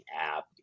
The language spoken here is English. app